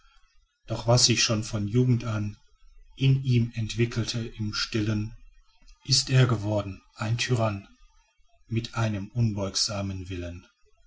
doch was sich schon von jugend an in ihm entwickelte im stillen ist er geworden ein tyrann mit einem unbeugsamen willen